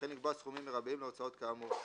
וכן לקבוע סכומים מרביים להוצאות כאמור,